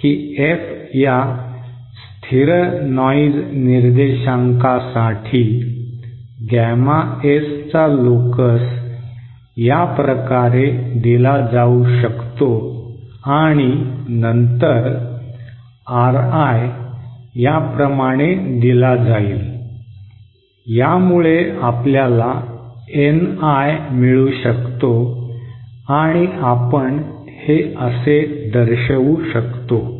की F या स्थिर नॉइज निर्देशांकासाठी गॅमा S चा लोकस या प्रकारे दिला जाऊ शकतो आणि नंतर RI या प्रमाणे दिला जाईल यामुळे आपल्याला NI मिळू शकतो आणि आपण हे असे दर्शवू शकतो